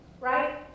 right